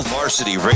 Varsity